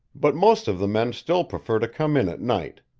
but most of the men still prefer to come in at night.